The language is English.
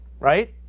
right